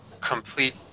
complete